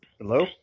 Hello